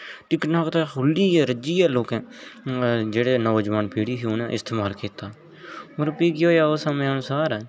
टिकटाक ते खोली दी ऐ रज्जिये लोके जेह्ड़े नोजोआन पीढ़ी ही उनें इस्तेमाल कीता मगर फ्ही केह् होया समें अनुसार